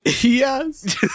Yes